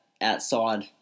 outside